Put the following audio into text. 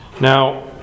Now